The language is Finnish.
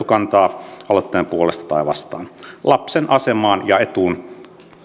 kantaa aloitteen puolesta tai sitä vastaan lapsen asemaan ja etuun